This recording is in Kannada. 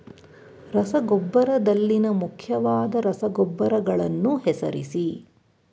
ರಸಗೊಬ್ಬರದಲ್ಲಿನ ಮುಖ್ಯವಾದ ರಸಗೊಬ್ಬರಗಳನ್ನು ಹೆಸರಿಸಿ?